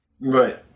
Right